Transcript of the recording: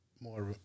more